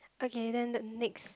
okay then the next